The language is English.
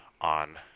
on